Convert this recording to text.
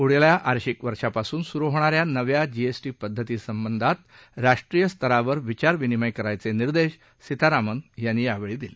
पुढील आर्थिक वर्षापासून सुरु होणा या नव्या जीएस ी पद्धती संबंधात राष्ट्रीय स्तरावर विचार विनिमय करायचे निर्देश सीतारामन यांनी दिले